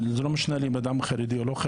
וזה לא משנה לי אם אדם הוא חרדי או לא.